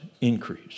increase